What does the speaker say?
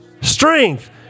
strength